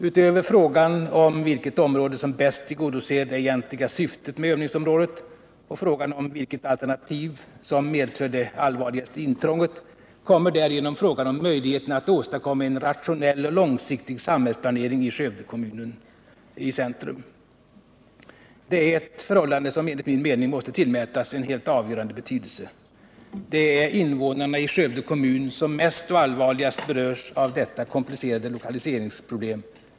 Utöver frågan om vilket område som bäst tillgodoser det egentliga syftet med övningsområdet och frågan om vilket alternativ som medför det allvarligaste intrånget, kommer därigenom frågan om möjligheten att åstadkomma en rationell och långsiktig samhällsplanering i Skövde kommun i centrum. Detta är ett förhållande som enligt min mening måste tillmätas en helt avgörande betydelse. Det är invånarna i Skövde kommun som mest och allvarligast berörs av detta komplicerade lokaliseringsproblem.